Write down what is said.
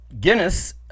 Guinness